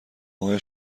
های